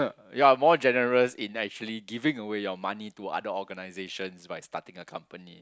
ya more generous in actually giving away your money to other organisations by starting a company